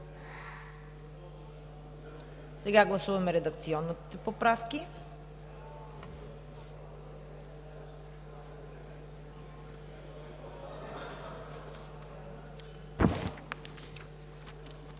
Сега гласуваме редакционните поправки.